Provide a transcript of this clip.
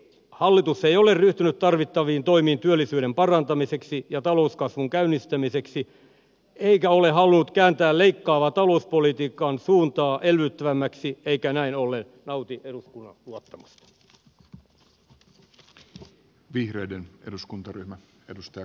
hallitus ei ole ryhtynyt tarvittaviin toimiin työllisyyden parantamiseksi ja talouskasvun käynnistämiseksi eikä ole halunnut kääntää leikkaavaa talouspolitiikan suuntaa elvyttävämmäksi eikä näin ollen nauti eduskunnan luottamusta